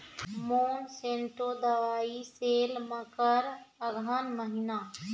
Monsanto दवाई sale मकर अघन महीना,